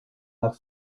nach